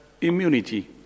immunity